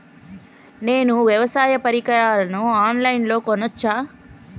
నేను వ్యవసాయ పరికరాలను ఆన్ లైన్ లో కొనచ్చా?